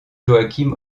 joachim